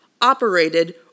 operated